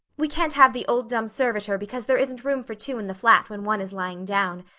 we can't have the old dumb servitor because there isn't room for two in the flat when one is lying down.